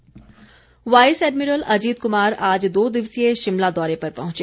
Ajit Kumar vice admiral Ajit Kumar आज दो दिवसीय शिमला दौरे पर पहुंचे